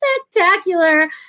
spectacular